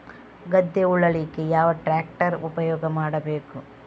ಗದ್ದೆ ಉಳಲಿಕ್ಕೆ ಯಾವ ಟ್ರ್ಯಾಕ್ಟರ್ ಉಪಯೋಗ ಮಾಡಬೇಕು?